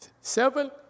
Seven